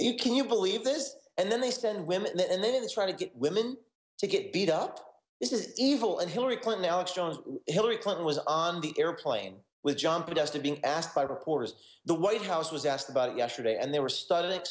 it can you believe this and then they send women and then try to get women to get beat up this is evil and hillary clinton alex jones hillary clinton was on the airplane with john podesta being asked by reporters the white house was asked about it yesterday and they were studying